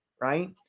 right